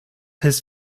his